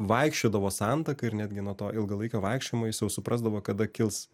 vaikščiodavo santaka ir netgi nuo to ilgalaikio vaikščiojimo jis jau suprasdavo kada kils